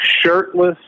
shirtless